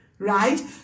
right